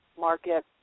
market